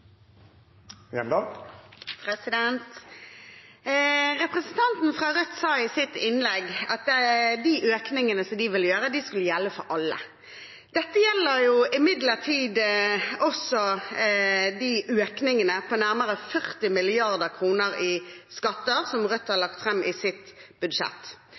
imot. Representanten fra Rødt sa i sitt innlegg at de økningene de ville gjøre, skulle gjelde for alle. Dette gjelder imidlertid også økningene på nærmere 40 mrd. kr i skatter som Rødt har lagt fram i sitt budsjett.